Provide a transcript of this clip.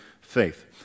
faith